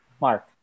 mark